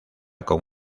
con